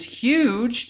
huge